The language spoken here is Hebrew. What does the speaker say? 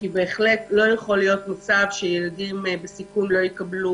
כי לא ייתכן מצב שילדים בסיכון לא יקבלו